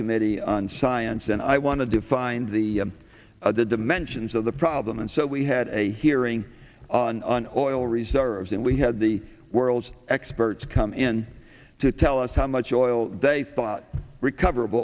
subcommittee on science and i wanted to find the other dimensions of the problem and so we had a hearing on an oil reserves and we had the world's experts come in to tell us how much oil they thought recover